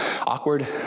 awkward